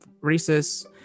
races